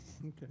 Okay